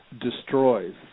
destroys